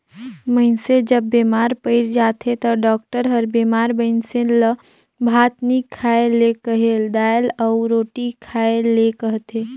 मइनसे जब बेमार पइर जाथे ता डॉक्टर हर बेमार मइनसे ल भात नी खाए ले कहेल, दाएल अउ रोटी खाए ले कहथे